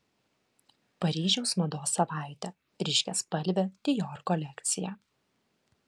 paryžiaus mados savaitė ryškiaspalvė dior kolekcija